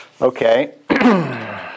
Okay